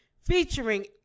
featuring